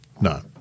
No